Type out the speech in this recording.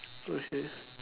okay